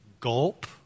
gulp